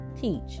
teach